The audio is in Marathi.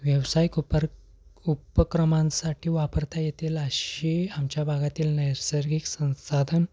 व्यावसायिक उपर उपक्रमांसाठी वापरता येतील अशी आमच्या भागातील नैसर्गिक संसाधन